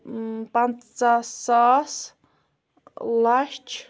پنژاہ ساس لَچھ